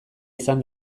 izan